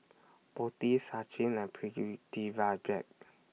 Potti Sachin and Pritiviraj